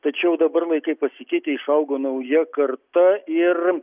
tačiau dabar laikai pasikeitė išaugo nauja karta ir